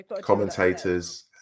Commentators